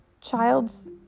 child's